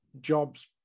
jobs